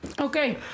Okay